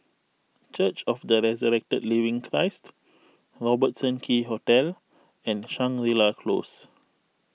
Church of the Resurrected Living Christ Robertson Quay Hotel and Shangri La Close